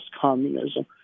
communism